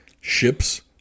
ships